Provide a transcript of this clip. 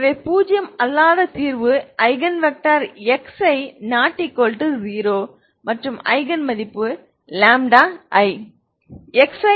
எனவே பூஜ்யம் அல்லாத தீர்வு ஐகன் வெக்டர் Xi ≠ 0 மற்றும் ஐகன் மதிப்பு i